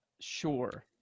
sure